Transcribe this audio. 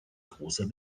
großer